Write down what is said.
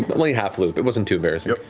but only half loop, it wasn't too embarrassing.